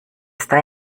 está